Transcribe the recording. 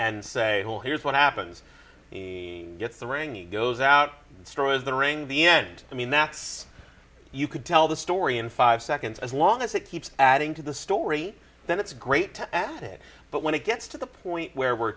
and say well here's what happens he gets the rang he goes out destroys the ring the end i mean that's you could tell the story in five seconds as long as it keeps adding to the story then it's great to add it but when it gets to the point where we're